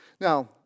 Now